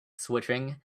switching